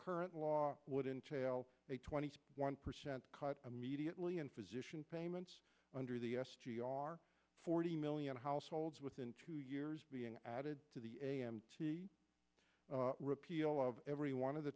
current law would entail a twenty one percent cut immediately and physician payments under the s g r forty million households within two years being added to the a m t repeal of every one of the